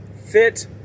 fit